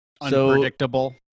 Unpredictable